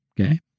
okay